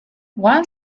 one